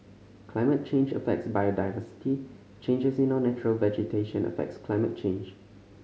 climate change affects biodiversity changes in our natural vegetation affects climate change